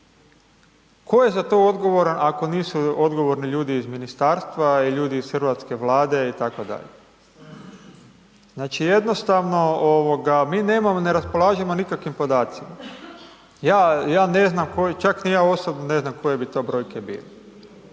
Tko je za to odgovoran ako nisu odgovorni ljudi iz ministarstva i ljudi iz hrvatske Vlade itd. Znači, jednostavno mi ne raspolažemo nikakvim podacima. Čak ni ja osobno ne znam koje bi to brojke bile.